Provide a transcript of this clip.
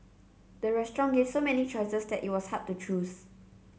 the restaurant gave so many choices that it was hard to choose